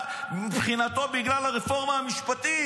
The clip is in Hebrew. מבחינתו, בגלל הרפורמה המשפטית.